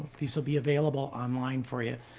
these will be available online for you.